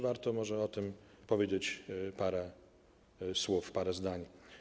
Warto może o tym powiedzieć parę słów, parę zdań.